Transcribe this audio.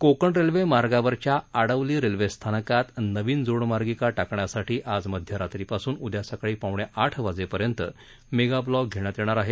Konkan railway मार्गावरच्या आडवली रेल्वेस्थानकात नवीन जोडमार्गिका टाकण्यासाठी आज मध्यरात्रीपासून उद्या सकाळी पावणे आठ वाजेपर्यंत मेगाब्लॉक घेण्यात येणार आहे